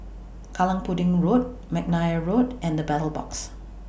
Kallang Pudding Road Mcnair Road and The Battle Box